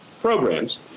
programs